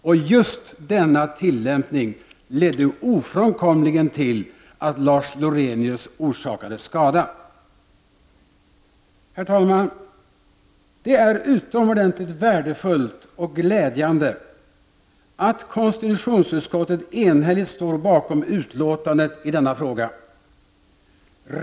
Och just denna tillämpning ledde ofrånkomligen till att Lars Lorenius orsakades skada. Herr talman! Det är utomordentligt värdefullt och glädjande att konstitutionsutskottet enhälligt står bakom betänkandet i denna fråga.